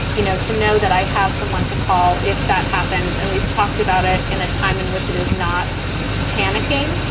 you know, to know that i have someone to call if that happens. and we've talked about it in a time in which it is not panicking,